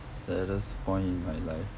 saddest point in my life